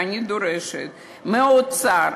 ואני דורשת מהאוצר,